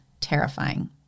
terrifying